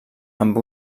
amb